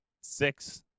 six